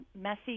messy